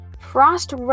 Frost